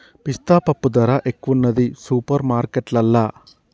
పిస్తా పప్పు ధర ఎక్కువున్నది సూపర్ మార్కెట్లల్లా